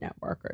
networkers